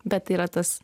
bet tai yra tas